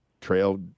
trail